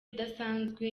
idasanzwe